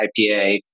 IPA